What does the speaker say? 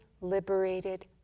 liberated